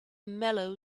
mellow